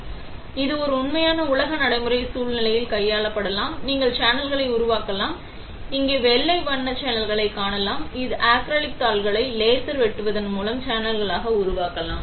எனவே இது ஒரு உண்மையான உலக நடைமுறை சூழ்நிலையில் கையாளப்படலாம் நீங்கள் சேனல்களை உருவாக்கலாம் நீங்கள் இங்கே வெள்ளை வண்ண சேனல்களைக் காணலாம் இந்த அக்ரிலிக் தாள்களை லேசர் வெட்டுவதன் மூலம் சேனல்களை உருவாக்கலாம்